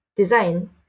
design